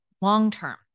Long-term